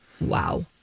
Wow